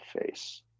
face